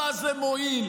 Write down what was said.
מה זה מועיל?